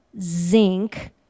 zinc